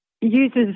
uses